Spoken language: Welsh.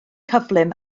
cyflym